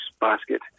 basket